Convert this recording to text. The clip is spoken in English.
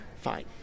Fine